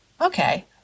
okay